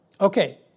Okay